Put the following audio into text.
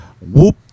whoop